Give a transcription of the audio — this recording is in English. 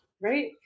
Right